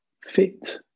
fit